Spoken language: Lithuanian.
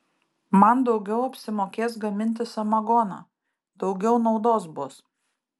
man daugiau apsimokės gaminti samagoną daugiau naudos bus